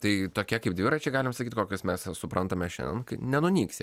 tai tokie kaip dviračiai galima sakyt kokius mes suprantame šiandien nenunyks